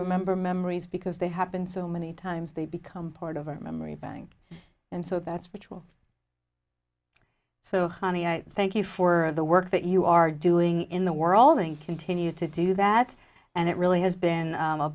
remember memories because they happen so many times they become part of our memory bank and so that's which will so honey i thank you for the work that you are doing in the world and continue to do that and it really has been